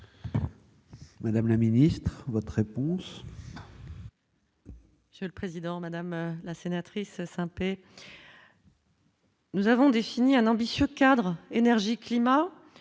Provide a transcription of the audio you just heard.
Madame la Ministre votre réponse. Monsieur le Président, Madame la sénatrice Saint-Pé. Nous avons défini un ambitieux cadre énergie-climat